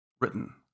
written